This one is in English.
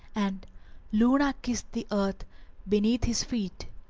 and luna kissed the earth beneath his feet.